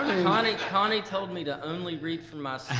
connie connie told me to only read from